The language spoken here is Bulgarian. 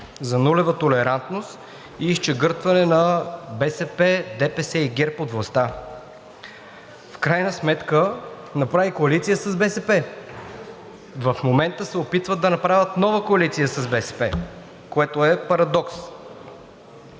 за нулева толерантност и изчегъртване на БСП, ДПС и ГЕРБ от властта. В крайна сметка направи коалиция с БСП. В момента се опитват да направят нова коалиция с БСП, което е парадокс.